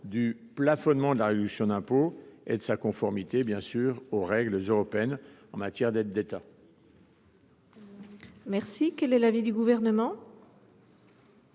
le plafonnement de la réduction d’impôt et sa conformité aux règles européennes en matière d’aides d’État.